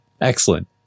Excellent